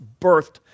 birthed